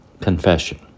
Confession